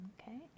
Okay